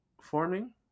forming